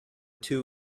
two